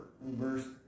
verse